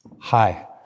Hi